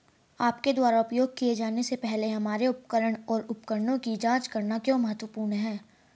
आपके द्वारा उपयोग किए जाने से पहले हमारे उपकरण और उपकरणों की जांच करना क्यों महत्वपूर्ण है?